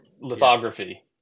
Lithography